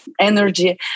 energy